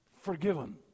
forgiven